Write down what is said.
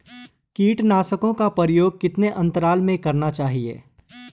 कीटनाशकों का प्रयोग कितने अंतराल में करना चाहिए?